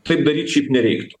taip daryt šiaip nereiktų